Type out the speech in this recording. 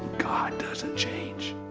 god doesn't change.